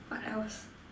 what else